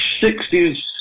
sixties